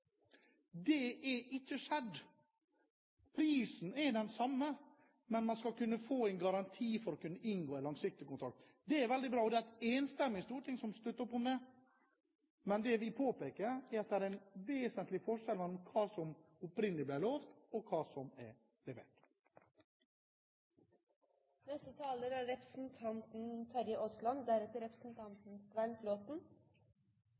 Det har ikke skjedd. Prisen er den samme, men man skal kunne få en garanti for å kunne inngå en langsiktig kontrakt. Det er veldig bra, og det er et enstemmig storting som støtter opp om det. Men det vi påpeker, er at det er en vesentlig forskjell mellom hva som opprinnelig ble lovet, og hva som er